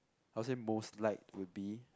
I'll say most liked would be